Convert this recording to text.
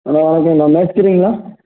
அண்ணா வணக்கங்கணா மேஸ்த்திரிங்களா